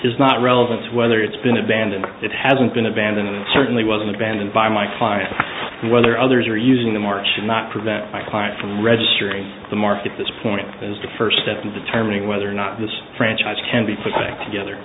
is not relevant whether it's been abandoned it hasn't been abandoned and certainly wasn't banned by my client whether others are using the march not prevent my client from registering the market at this point as the first step in determining whether or not this franchise can be put back together